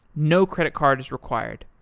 no credit card is required.